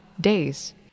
days